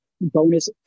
bonus